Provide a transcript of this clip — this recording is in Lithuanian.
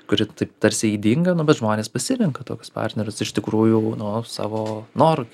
kuri taip tarsi ydinga nu bet žmonės pasirenka tokius partnerius iš tikrųjų nu savo noru